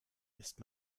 ist